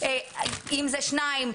אם אלה שניים,